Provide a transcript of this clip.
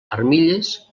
armilles